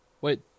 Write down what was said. Wait